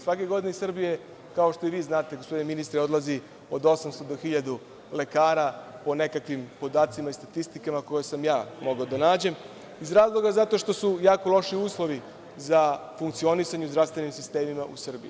Svake godine iz Srbije, kao što i vi znate, gospodine ministre, odlazi od 800 do 1.000 lekara po nekakvim podacima i statistikama koje sam ja mogao da nađem, a iz razloga što su mnogo loši uslovi za funkcionisanje u zdravstvenim sistemima u Srbiji.